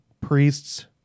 priests